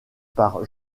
par